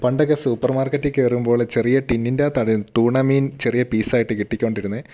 പണ്ടൊക്കെ സൂപ്പർ മാർക്കറ്റിൽ കയറുമ്പോൾ ചെറിയ ടിന്നിന്റകത്താണ് ടൂണ മീൻ ചെറിയ പീസായിട്ട് കിട്ടികൊണ്ടിരുന്നത്